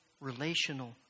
relational